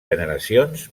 generacions